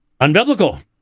unbiblical